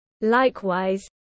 Likewise